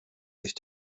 sich